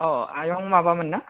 अ आयं माबा मोन ना